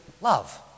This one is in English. love